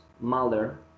mother